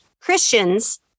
Christians